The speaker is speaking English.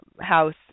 house